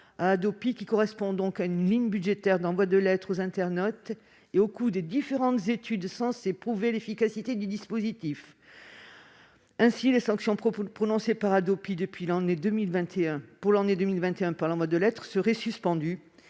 somme qui correspond à une ligne budgétaire d'envoi de lettres aux internautes et au coût des différentes études censées prouver l'efficacité du dispositif. Ainsi, les sanctions prononcées par la Hadopi pour l'année 2021 par l'envoi de lettres seraient suspendues.